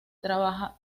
trabaja